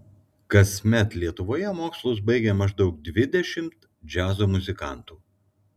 kasmet lietuvoje mokslus baigia maždaug dvidešimt džiazo muzikantų